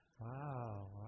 wow